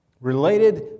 related